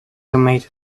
tomato